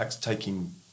taking